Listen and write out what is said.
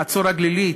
בחצור-הגלילית,